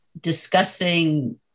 discussing